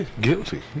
Guilty